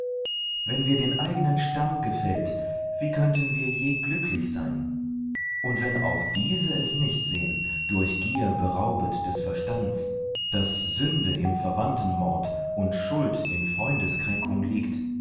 wenn wir den eignen stamm gefällt wie könnten je wir glücklich sein und wenn auch diese es nicht sehn durch gier beraubet des verstand's daß sünde im verwandtenmord und schuld in freundeskränkung liegt